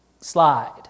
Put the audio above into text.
slide